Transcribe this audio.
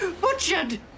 Butchered